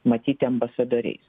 matyti ambasadoriais